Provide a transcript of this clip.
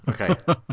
Okay